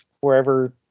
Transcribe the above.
wherever